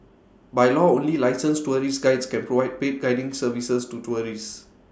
by law only licensed tourist Guides can provide paid guiding services to tourists